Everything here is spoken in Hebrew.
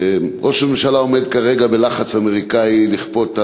ראש הממשלה עומד כרגע בלחץ אמריקני לכפות על